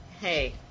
hey